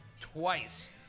twice